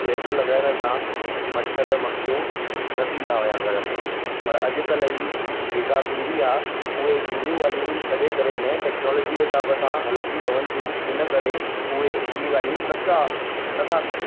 लेपो लगाइण सां मच्छर मक्खियूं न थींदा हुआ घर में पर अॼुकल्ह ई जेका पीड़ी आहे उहे झूनियूं गाल्हियूं छॾे करे नई टेक्नोलिजी जे हिसाब सां हलंदी रहनि थियूं इन करे उहे इहे गाल्हियूं न था न था कनि